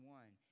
one